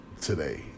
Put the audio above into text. today